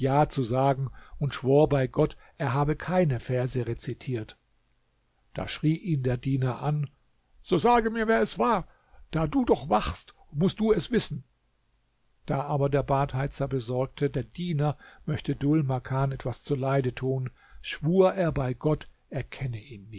zu sagen und schwor bei gott er habe keine verse rezitiert da schrie ihn der diener an so sage mir wer es war da du doch wachst mußt du es wissen da aber der badheizer besorgte der diener möchte dhul makan etwas zuleide tun schwur er bei gott er kenne ihn